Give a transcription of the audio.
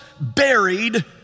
buried